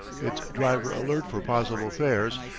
its driver alert for possible fares,